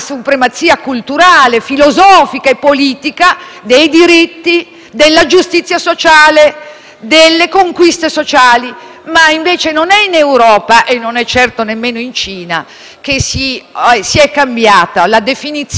delle conquiste sociali, ma invece non è in Europa e non è certo nemmeno in Cina che si è cambiata la denominazione di accordo di libero scambio. Ci è voluto Trump